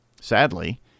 sadly